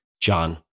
John